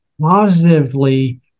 positively